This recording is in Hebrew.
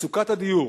מצוקת הדיור